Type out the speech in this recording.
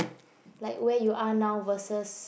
like where you are now versus